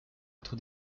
être